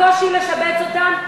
הקושי לשבץ אותם,